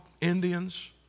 Indians